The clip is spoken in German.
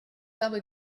habe